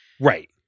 Right